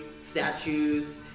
statues